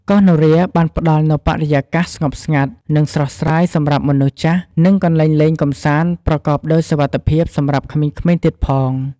កោះនរាបានផ្ដល់នូវបរិយាកាសស្ងប់ស្ងាត់ និងស្រស់ស្រាយសម្រាប់មនុស្សចាស់ និងកន្លែងលេងកម្សាន្តប្រកបដោយសុវត្ថិភាពសម្រាប់ក្មេងៗទៀតផង។